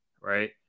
right